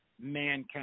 mankind